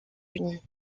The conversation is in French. unis